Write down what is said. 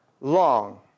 long